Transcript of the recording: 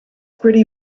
gritty